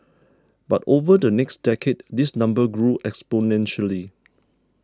but over the next decade this number grew exponentially